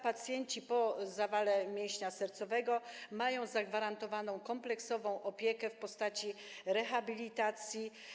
Pacjenci po zawale mięśnia sercowego mają zagwarantowaną kompleksową opiekę w postaci rehabilitacji.